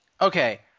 Okay